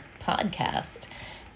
podcast